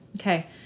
Okay